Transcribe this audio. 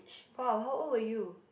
!wow! how old were you